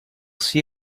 see